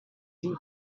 two